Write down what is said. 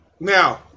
Now